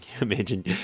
Imagine